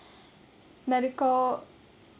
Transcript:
medical